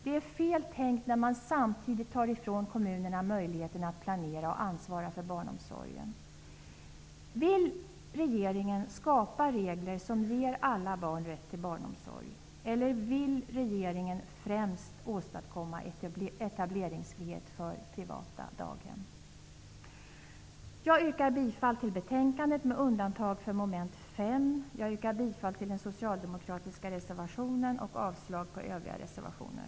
Det är fel tänkt när man samtidigt tar ifrån kommunerna möjligheterna att planera och ansvara för barnomsorgen. Jag yrkar bifall till utskottets hemställan i betänkandet med undantag för mom. 5. Jag yrkar bifall den socialdemokratiska reservationen och avslag på övriga reservationer.